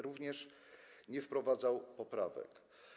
Również nie wprowadzał poprawek.